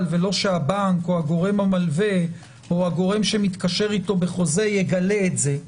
ולא שהבנק או הגורם המלווה או הגורם שמתקשר איתו בחוזה יגלה את זה,